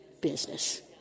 business